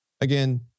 again